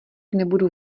nebudu